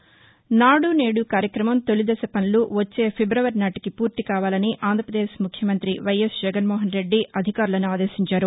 నాడు నేడు కార్యక్రమం తౌలిదశ వనులు వచ్చే శ్రీణవరి నాటికి పూర్తి కావాలని ఆంధ్రప్రదేశ్ ముఖ్యమంతి వైయస్ జగన్మోహన్ రెడ్డి అధికారులను ఆదేశించారు